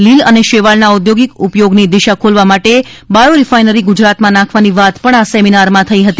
લીલ અના શામાળના ઔદ્યોગિક ઉપયોગની દિશા ખોલવા માટે બાયોરીફાઇનરી ગુજરાતમાં નાંખવાની વાત પણ આ સમિનારમાં થઈ હતી